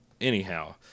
Anyhow